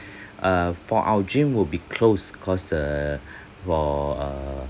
err for our gym will be closed cause err for err